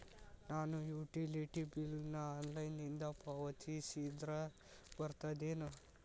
ನಾನು utility bill ನ ಆನ್ಲೈನಿಂದ ಪಾವತಿಸಿದ್ರ ಬರ್ತದೇನು?